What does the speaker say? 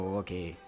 okay